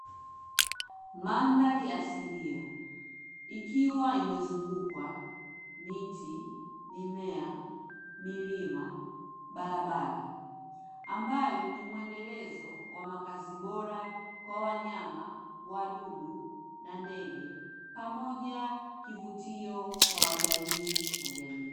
Mandhari asilia ikiwa imezungukwa miti, mimea, milima, barabara, ambayo ni mwendelezo wa makazi bora kwa wanyama, wadudu, na ndege pamoja kivutio kwa watalii na jamii.